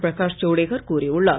பிரகாஷ் ஜவடேகர் கூறியுள்ளார்